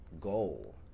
goal